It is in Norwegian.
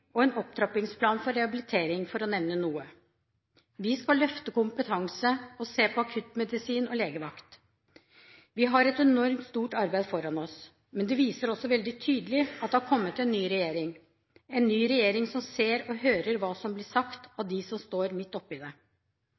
og en opptrappingsplan for rehabilitering, for å nevne noe. Vi skal løfte kompetanse og se på akuttmedisin og legevakt. Vi har et enormt stort arbeid foran oss. Men det viser også veldig tydelig at det har kommet en ny regjering – en ny regjering som ser og hører hva som blir sagt av dem som står midt oppe i det.